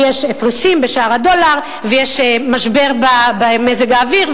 כי יש הפרשים בשער הדולר ויש משבר במזג האוויר,